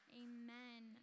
amen